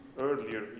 earlier